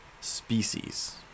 species